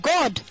God